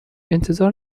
انتظار